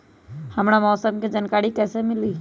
हमरा मौसम के जानकारी कैसी मिली?